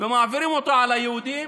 ומחילים אותו על היהודים,